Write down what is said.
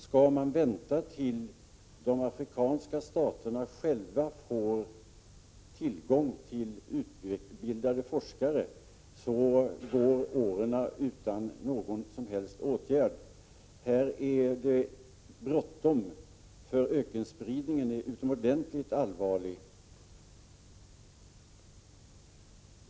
Skall man vänta till dess de afrikanska staterna själva får tillgång till utbildade forskare, så går åren utan någon som helst åtgärd. Här är det bråttom, för ökenspridningen är utomordentligt allvarlig.